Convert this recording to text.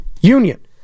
Union